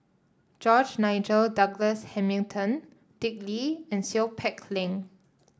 George Nigel Douglas Hamilton Dick Lee and Seow Peck Leng